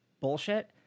bullshit